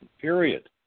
period